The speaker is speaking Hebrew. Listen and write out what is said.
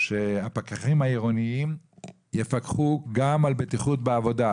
שהפקחים העירוניים יפקחו גם על בטיחות בעבודה,